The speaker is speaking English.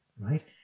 right